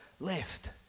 Left